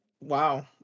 wow